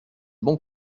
bon